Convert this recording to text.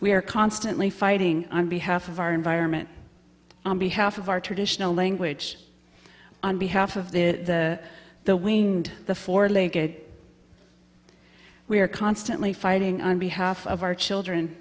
we are constantly fighting on behalf of our environment on behalf of our traditional language on behalf of the the wind the for link it we are constantly fighting on behalf of our children